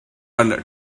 and